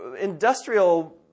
industrial